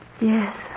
Yes